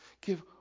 Give